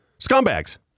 Scumbags